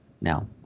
now